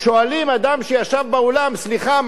שואלים אדם שישב באולם: סליחה,